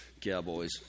cowboys